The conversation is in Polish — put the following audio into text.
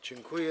Dziękuję.